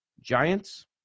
Giants